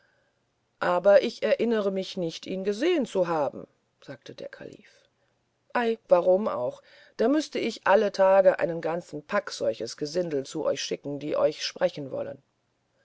aber ich erinnere mich nicht ihn gesehen zu haben sagte der kalif ei warum auch da müßte ich alle tage einen ganzen pack solches gesindel zu euch schicken die euch sprechen wollen